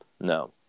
No